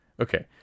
Okay